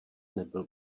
nebyl